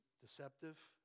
deceptive